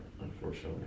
unfortunately